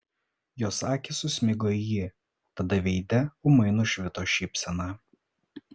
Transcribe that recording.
jos akys susmigo į jį tada veide ūmai nušvito šypsena